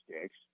sticks